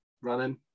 running